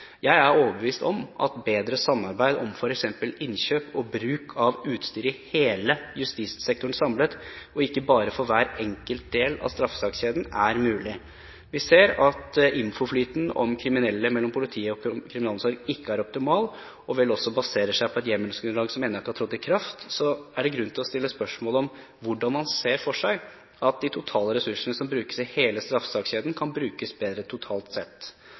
Jeg er overbevist om at bedre samarbeid om f.eks. innkjøp og bruk av utstyr i hele justissektoren samlet, og ikke bare for hver enkelt del av straffesakskjeden, er mulig. Vi ser at når infoflyten om kriminelle mellom politiet og kriminalomsorgen ikke er optimal, og vel også baserer seg på et hjemmelsgrunnlag som ennå ikke har trådt i kraft, er det grunn til å stille spørsmål om hvordan man ser for seg at de totale ressursene som brukes i hele straffesakskjeden, kan brukes bedre totalt sett.